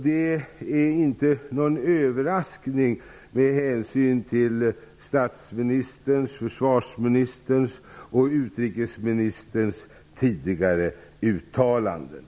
Det är inte någon överraskning med tanke på statsministerns, försvarsministerns och utrikesministerns tidigare uttalanden.